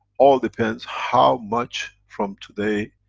all depends how much from today,